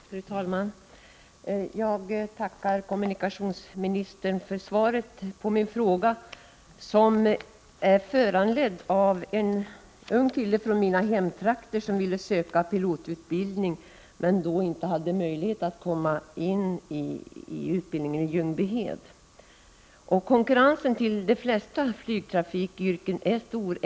Fru talman! Jag tackar kommunikationsministern för svaret på min fråga, som är föranledd av att en ung kille från mina hemtrakter ville söka till pilotutbildning men inte hade möjlighet att komma in på utbildningen i Ljungbyhed. Konkurrensen till de flesta flygtrafikyrken är stor.